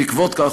בעקבות כך,